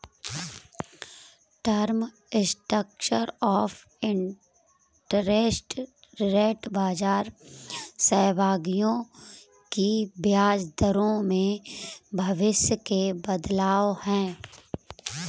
term structure of interest rate बाजार सहभागियों की ब्याज दरों में भविष्य के बदलाव है